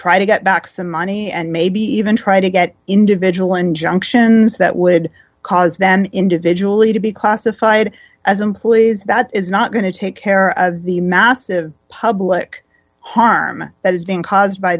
try to get back some money and maybe even try to get individual injunctions that would cause them individually to be classified as employees that is not going to take care of the massive public harm that is being caused by